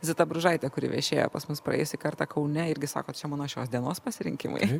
zita bružaitė kuri viešėjo pas mus praėjusį kartą kaune irgi sako čia mano šios dienos pasirinkimai